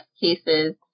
cases